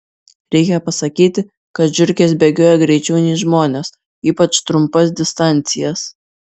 reikia pasakyti kad žiurkės bėgioja greičiau nei žmonės ypač trumpas distancijas